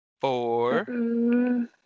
Four